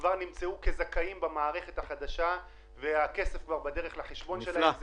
נמצאו כזכאים במערכת החדשה והכסף כבר בדרך לחשבון שלהם.